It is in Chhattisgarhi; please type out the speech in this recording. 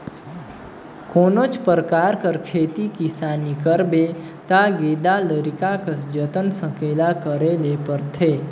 कोनोच परकार कर खेती किसानी करबे ता गेदा लरिका कस जतन संकेला करे ले परथे